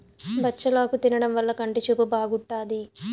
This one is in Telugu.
బచ్చలాకు తినడం వల్ల కంటి చూపు బాగుంటాది